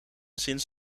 sinds